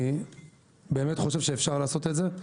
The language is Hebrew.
אני באמת חושב שאפשר לעשות את זה.